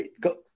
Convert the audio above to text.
go